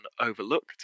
overlooked